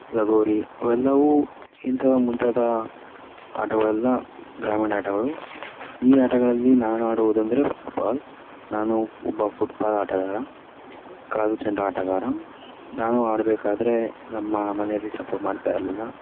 ಲಗೋರಿ ಅವೆಲ್ಲವೂ ಇಂಥ ಮುಂತಾದ ಆಟಗಳೆಲ್ಲ ಗ್ರಾಮೀಣ ಆಟಗಳು ಈ ಆಟಗಳಲ್ಲಿ ನಾನು ಆಡುವುದಂದರೆ ಫುಟ್ಬಾಲ್ ನಾನು ಒಬ್ಬ ಫುಟ್ಬಾಲ್ ಆಟಗಾರ ಕಾಲು ಚೆಂಡು ಆಟಗಾರ ನಾನು ಆಡ್ಬೇಕಾದ್ರೆ ನಮ್ಮ ಮನೆಯಲ್ಲಿ ಸಪೋರ್ಟ್ ಮಾಡ್ತಾ ಇರಲಿಲ್ಲ